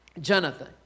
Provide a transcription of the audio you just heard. Jonathan